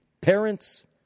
Parents